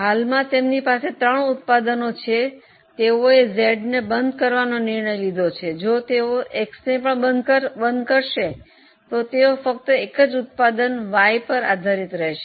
હાલમાં તેમની પાસે ત્રણ ઉત્પાદનો છે તેઓએ Z ને બંધ કરવાનો નિર્ણય લીધો છે જો તેઓ X ને પણ બંધ કરશે તો તેઓ ફક્ત એક જ ઉત્પાદન Y પર આધારિત રહેશે